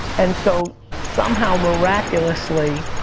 and so somehow, miraculously,